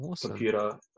computer